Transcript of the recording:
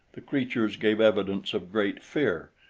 the creatures gave evidence of great fear,